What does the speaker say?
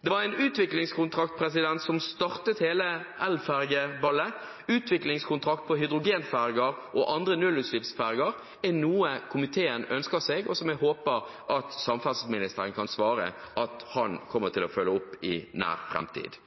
Det var en utviklingskontrakt som startet hele elfergeballet. Utviklingskontrakt på hydrogenferger og andre nullutslippsferger er noe komiteen ønsker seg, og som jeg håper at samferdselsministeren kan svare at han kommer til å følge opp i nær framtid.